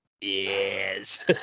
Yes